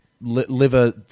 liver